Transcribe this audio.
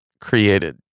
created